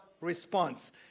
response